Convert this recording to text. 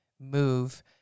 move